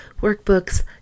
workbooks